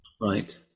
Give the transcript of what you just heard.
Right